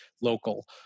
local